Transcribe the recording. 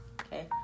Okay